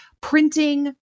printing